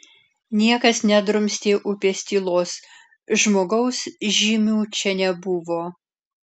niekas nedrumstė upės tylos žmogaus žymių čia nebuvo